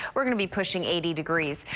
we're going to be pushing eighty degrees.